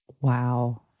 Wow